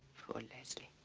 poor leslie.